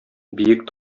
биек